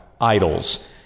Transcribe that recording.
idols